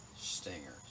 Stingers